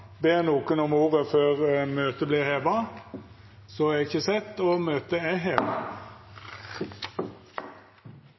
Ber nokon om ordet før møtet vert heva? – Så er ikkje sett, og møtet er heva.